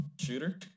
shooter